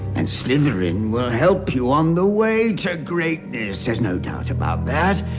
and slytherin will help you on the way to greatness. there's no doubt about that.